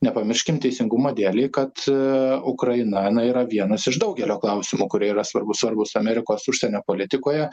nepamirškim teisingumo dėlei kad ukraina na yra vienas iš daugelio klausimų kurie yra svarbūs svarbūs amerikos užsienio politikoje